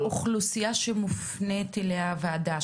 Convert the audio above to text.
האוכלוסייה שמופנית אל הוועדה,